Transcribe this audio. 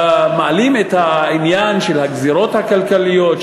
מעלים את העניין של הגזירות הכלכליות,